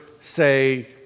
say